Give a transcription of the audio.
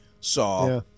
saw